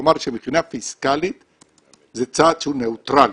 כלומר שמבחינה פיסקאלית זה צעד שהוא נייטרלי,